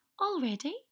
Already